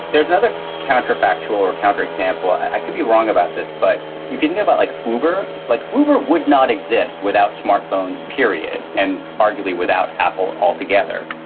there's another counterfactual or counterexample. i could be wrong about this, but if you think about like uber, like uber would not exist without smartphones, period, and arguably without apple altogether.